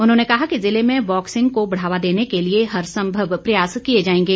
उन्होंने कहा कि जिले में बॉक्सिंग को बॅढ़ावा देने के लिए हर संभव प्रयास किए जाएंगे